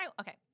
Okay